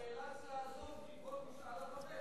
דה-גול נאלץ לעזוב בעקבות משאל עם אחר.